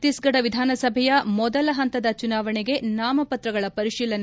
ಛತೀಸ್ಗಢ ವಿಧಾನಸಭೆಯ ಮೊದಲ ಹಂತದ ಚುನಾವಣೆಗೆ ನಾಮಪತ್ರಗಳ ಪರಿಶೀಲನೆ